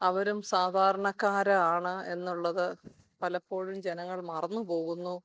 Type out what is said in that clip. അവരും സാധാരണക്കാരാണ് എന്നുള്ളത് പലപ്പോഴും ജനങ്ങൾ മറന്നു പോകുന്നു